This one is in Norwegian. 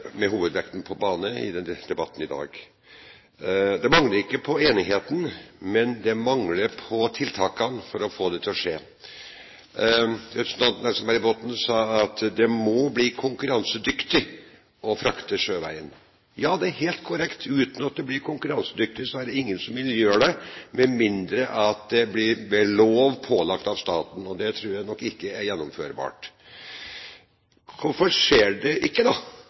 med hovedvekten på sjø i debatten i dag. Det mangler ikke på enigheten, men det mangler på tiltakene for å få det til å skje. Representanten Else-May Botten sa at det må bli konkurransedyktig å frakte sjøveien. Ja, det er helt korrekt. Uten at det blir konkurransedyktig, er det ingen som vil gjøre det, med mindre det blir ved lov pålagt av staten, og det tror jeg nok ikke er gjennomførbart. Hvorfor skjer det ikke, da,